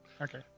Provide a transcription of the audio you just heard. Okay